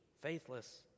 faithless